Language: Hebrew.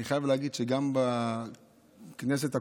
אני חייב להגיד שגם בכנסת הקודמת,